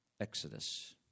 Exodus